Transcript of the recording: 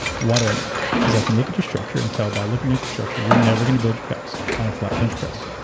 why do i know that? because i can look at your structure and tell by looking at your structure, you're never going to build your pecs on a flat bench press.